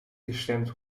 gestemd